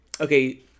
okay